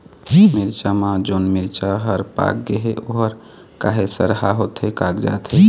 मिरचा म जोन मिरचा हर पाक गे हे ओहर काहे सरहा होथे कागजात हे?